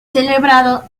celebrado